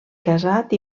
casat